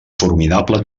formidable